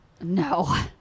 No